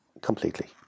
completely